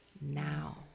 now